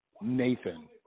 Nathan